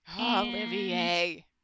Olivier